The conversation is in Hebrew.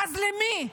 אז למי?